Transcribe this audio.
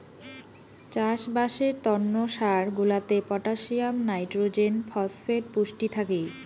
চাষবাসের তন্ন সার গুলাতে পটাসিয়াম, নাইট্রোজেন, ফসফেট পুষ্টি থাকি